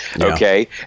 okay